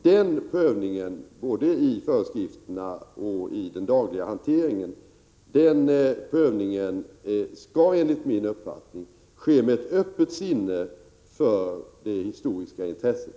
Den prövningen — både i föreskrifterna och i den dagliga hanteringen — skall enligt min uppfattning ske med öppet sinne för det historiska intresset.